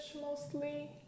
mostly